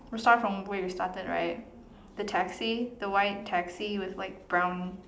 we start from where we started right the taxi the white taxi with like brown